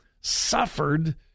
suffered